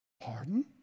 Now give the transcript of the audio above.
pardon